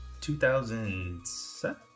2007